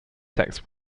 texts